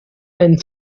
ein